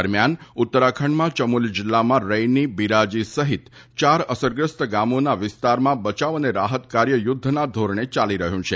દરમિયાન ઉત્તરાખંડમાં ચમોલી જિલ્લામાં રૈની બિરાજી સહિત ચાર અસરગ્રસ્ત ગામોના વિસ્તારમાં બચાવ અને રાહત કાર્ય યુદ્ધના ધોરણે યાલી રહ્યું છે